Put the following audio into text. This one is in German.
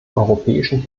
europäischen